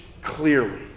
clearly